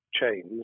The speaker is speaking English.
chains